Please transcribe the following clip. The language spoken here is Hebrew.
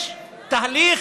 יש תהליך,